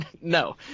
No